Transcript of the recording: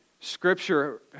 Scripture